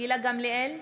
גילה גמליאל,